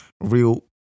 real